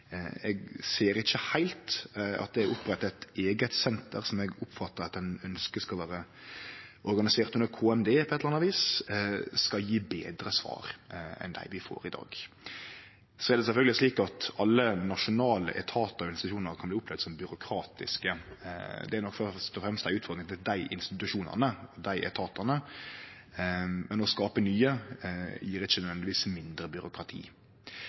Eg ser ikkje heilt at det å opprette eit eige senter – som eg oppfattar at ein ønskjer skal vere organisert under Kommunal- og moderniseringsdepartementet på eit eller anna vis – skal gi betre svar enn dei vi får i dag. Det er sjølvsagt slik at alle nasjonale etatar og organisasjonar kan opplevast som byråkratiske. Det er nok først og fremst ei utfordring for desse institusjonane og etatane, men å skape nye gjev ikkje nødvendigvis mindre byråkrati.